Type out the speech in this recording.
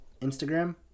Instagram